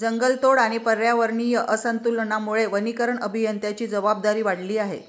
जंगलतोड आणि पर्यावरणीय असंतुलनामुळे वनीकरण अभियंत्यांची जबाबदारी वाढली आहे